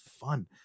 fun